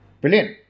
Brilliant